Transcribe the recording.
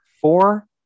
Four